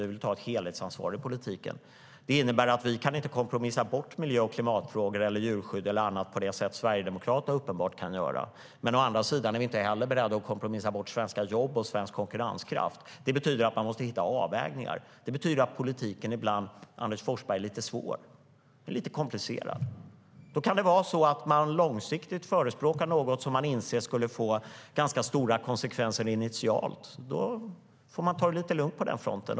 Vi vill ta ett helhetsansvar i politiken. Det innebär att vi inte kan kompromissa bort miljö och klimatfrågor eller djurskydd eller annat på det sätt som Sverigedemokraterna uppenbarligen kan göra. Men å andra sidan är vi inte heller beredda att kompromissa bort svenska jobb och svensk konkurrenskraft. Det betyder att man måste hitta avvägningar. Det betyder att politiken ibland, Anders Forsberg, är lite svår. Den är lite komplicerad. Då kan det vara så att man långsiktigt förespråkar något som man inser skulle få ganska stora konsekvenser initialt. Då får man ta det lite lugnt på den fronten.